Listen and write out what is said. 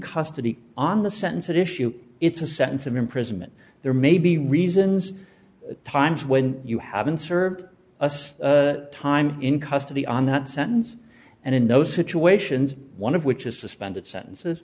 custody on the sentence that issue it's a sentence of imprisonment there may be reasons times when you have been served less time in custody on that sentence and in those situations one of which is suspended sentences